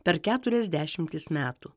per keturias dešimtis metų